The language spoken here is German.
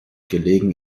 gelegen